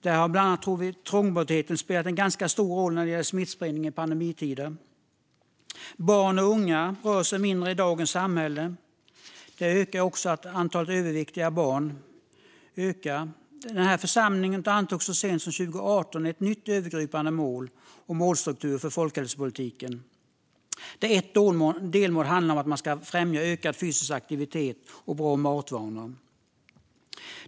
Här spelar bland annat trångboddhet en stor roll vid smittspridning i pandemitider. Barn och unga rör sig mindre i dagens samhälle, vilket gör att antalet överviktiga barn ökar. Denna församling antog så sent som 2018 ett nytt övergripande mål och en ny målstruktur för folkhälsopolitiken. Ett delmål handlar om att främja ökad fysisk aktivitet och bra matvanor.